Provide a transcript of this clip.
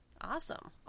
Awesome